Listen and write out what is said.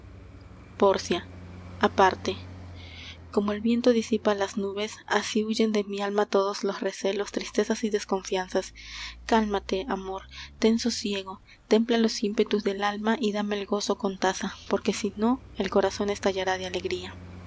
pórcia aparte como el viento disipa las nubes así huyen de mi alma todos los recelos tristezas y desconfianzas cálmate amor ten sosiego templa los ímpetus del alma y dame el gozo con tasa porque si no el corazon estallará de alegría